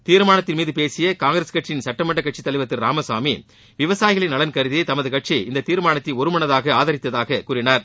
தீர்மானத்தின் மீது பேசிய காங்கிரஸ் கட்சியின் சட்டமன்ற கட்சித் தலைவர் திரு ராமசாமி விவசாயிகளின் நலன் கருதி தமது கட்சி இந்த தீர்மானத்தை ஒருமனதாக ஆதித்ததகக் கூறினார்